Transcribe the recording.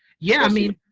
yeah. i mean,